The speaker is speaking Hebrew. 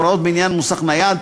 והוראות בעניין מוסך נייד,